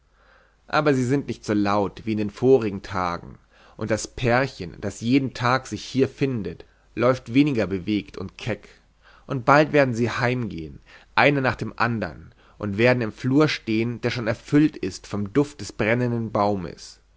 aber sie sind nicht so laut wie in den vorigen tagen und das pärchen das jeden tag sich hier findet läuft weniger bewegt und keck und bald werden sie heimgehen einer nach dem andern und werden im flur stehen der schon erfüllt ist vom duft des brennenden baumes